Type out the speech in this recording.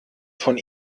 von